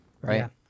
right